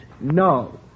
No